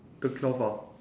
the cloth ah